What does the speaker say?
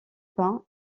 peints